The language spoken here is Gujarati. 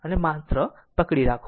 અને માત્ર પકડી રાખો